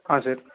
ஆ sir